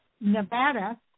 Nevada